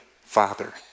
Father